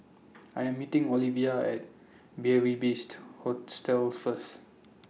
I Am meeting Ovila At Beary Best Hostel First